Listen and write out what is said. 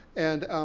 and